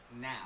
now